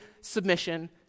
submission